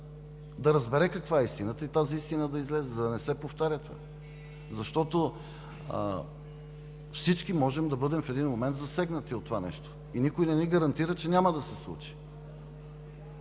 да разбере каква е истината и тази истина да излезе, за да не се повтаря това. Всички в един момент можем да бъдем засегнати от това нещо и никой не ни гарантира, че няма да се случи.